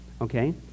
Okay